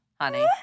honey